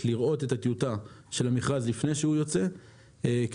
לראות את הטיוטה של המכרז לפני שהוא יוצא --- הצגת